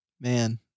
Man